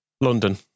London